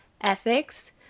ethics